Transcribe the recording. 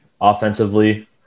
offensively